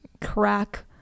crack